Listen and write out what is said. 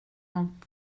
man